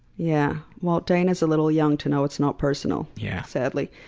yeah. well dana's a little young to know it's not personal, yeah sadly.